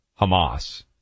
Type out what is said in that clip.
Hamas